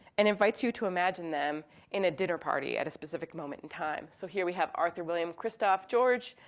and invites you to imagine them in a dinner party at a specific moment in time. so here we have arthur, william, christoph, george,